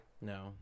No